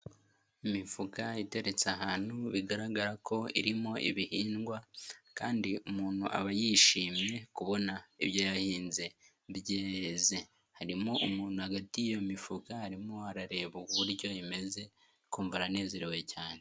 Imifuka iteretse ahantu bigaragara ko irimo ibihingwa kandi umuntu aba yishimiye kubona ibyo yahinze byeze, harimo umuntu hagati iyo mifuka arimo arareba uburyo imeze akumva aranezerewe cyane.